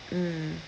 mm